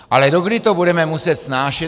Ale dokdy to budeme muset snášet?